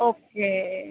okay